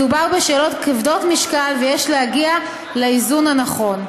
מדובר בשאלות כבדות משקל, ויש להגיע לאיזון הנכון.